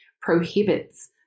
prohibits